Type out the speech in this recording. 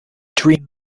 dream